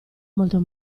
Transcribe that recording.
molto